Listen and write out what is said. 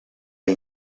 hij